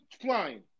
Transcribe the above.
flying